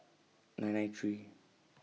nine nine three